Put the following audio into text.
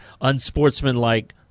unsportsmanlike